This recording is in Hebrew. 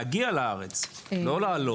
להגיע לארץ, לא לעלות.